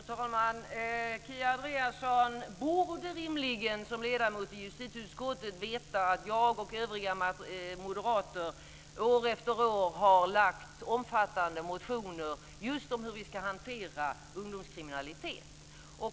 Fru talman! Kia Andreasson borde rimligen som ledamot i justitieutskottet veta att jag och övriga moderater år efter år har väckt omfattande motioner just om hur vi ska hantera ungdomskriminalitet.